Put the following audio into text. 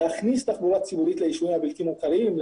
להכניס תחבורה ציבורית ליישובים הבלתי מוכרים,